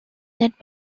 that